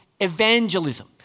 evangelism